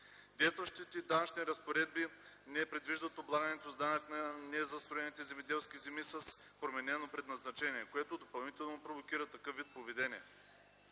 Действащите данъчни разпоредби не предвиждат облагането с данък на незастроени земеделски земи с променено предназначение, което допълнително провокира такъв вид поведение.